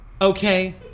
Okay